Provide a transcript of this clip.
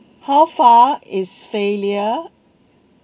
how far is failure